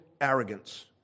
arrogance